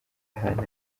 ahantu